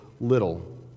little